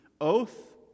oath